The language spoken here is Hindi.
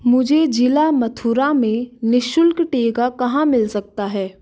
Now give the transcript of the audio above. मुझे ज़िला मथुरा में निःशुल्क टीका कहाँ मिल सकता है